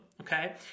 okay